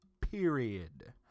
period